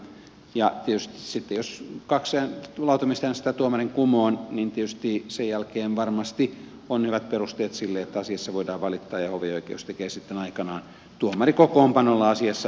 tietysti sitten jos kaksi lautamiestä äänestää tuomarin kumoon sen jälkeen varmasti on hyvät perusteet sille että asiassa voidaan valittaa ja hovioikeus tekee sitten aikanaan tuomarikokoonpanolla asiassa ratkaisun